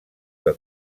que